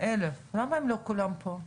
למה הם לא כולם פה?